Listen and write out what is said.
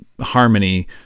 harmony